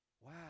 Wow